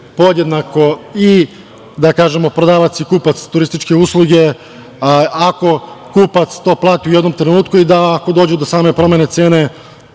podjednako i prodavac i kupac turističke usluge ako kupac to plati u jednom trenutku i ako dođe do same promene cene,